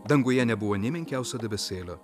danguje nebuvo nė menkiausio debesėlio